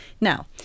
Now